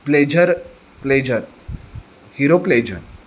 pleasure pleasure hero pleasure